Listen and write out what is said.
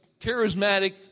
charismatic